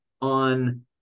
on